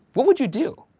what would you do?